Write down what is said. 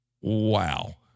Wow